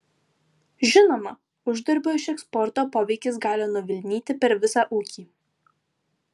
žinoma uždarbio iš eksporto poveikis gali nuvilnyti per visą ūkį